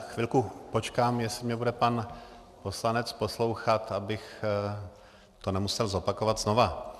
Chvilku počkám, jestli mě bude pan poslanec poslouchat, abych to nemusel opakovat znova.